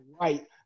right